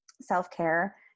self-care